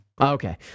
Okay